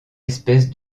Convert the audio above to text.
espèce